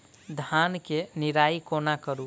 धान केँ निराई कोना करु?